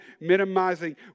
minimizing